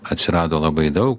atsirado labai daug